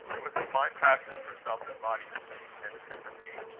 there was a fine passion for self-embodiment and sympathy!